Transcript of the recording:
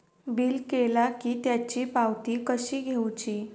Bill केला की त्याची पावती कशी घेऊची?